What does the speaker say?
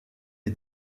les